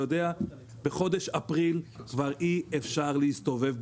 בחודש אפריל כבר אי אפשר להסתובב בחוץ.